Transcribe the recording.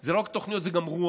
זה לא רק תוכניות, זה גם רוח,